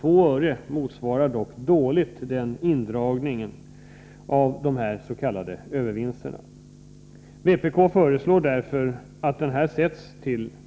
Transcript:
2 öre motsvarar dock dåligt indragningen av dessa ”övervinster”. Vpk föreslår därför